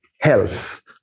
health